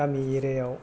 गामि इरिआयाव